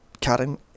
Karen